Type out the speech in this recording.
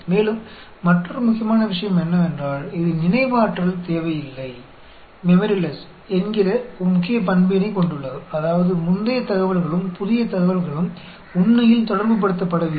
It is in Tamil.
மேலும் மற்றொரு முக்கியமான விஷயம் என்னவென்றால் இது நினைவாற்றல் தேவையில்லை என்கிற ஒரு முக்கிய பண்பினைக் கொண்டுள்ளது அதாவது முந்தைய தகவல்களும் புதிய தகவல்களும் உண்மையில் தொடர்புப்படுத்தப்படவில்லை